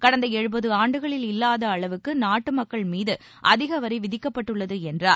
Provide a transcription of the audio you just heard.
கடந்த எழுபது ஆண்டுகளில் இல்வாத அளவுக்கு நாட்டு மக்கள் மீது அதிக வரி விதிக்கப்பட்டுள்ளது என்றார்